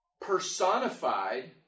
personified